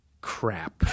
crap